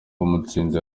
amatsinda